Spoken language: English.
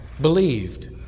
believed